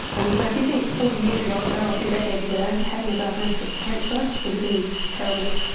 and so if you think forty years ago so or so or a few decades ago, having a diagnosis of cancer would have been terrible,